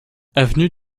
avenue